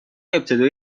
ابتدایی